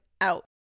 out